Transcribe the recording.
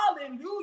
hallelujah